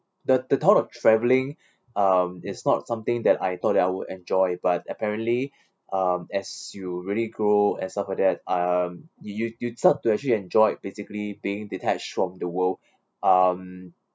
the the thought of travelling um is not something that I thought I would enjoy but apparently um as you really grow and stuff like that um you you you start to actually enjoyed basically being detached from the world um